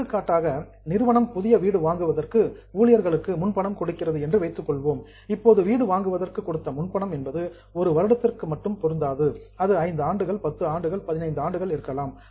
எடுத்துக்காட்டாக நிறுவனம் புதிய வீடு வாங்குவதற்கு ஊழியர்களுக்கு முன் பணம் கொடுக்கிறது என்று வைத்துக்கொள்வோம் இப்போது வீடு வாங்குவதற்கு கொடுத்த முன்பனம் என்பது ஒரு வருடத்திற்கு மட்டும் பொருந்தாது அது 5 ஆண்டுகள் 10 ஆண்டுகள் 15 ஆண்டுகள் இருக்கலாம்